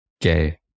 gay